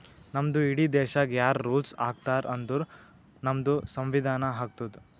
ನಮ್ದು ಇಡೀ ದೇಶಾಗ್ ಯಾರ್ ರುಲ್ಸ್ ಹಾಕತಾರ್ ಅಂದುರ್ ನಮ್ದು ಸಂವಿಧಾನ ಹಾಕ್ತುದ್